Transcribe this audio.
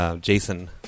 Jason